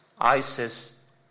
ISIS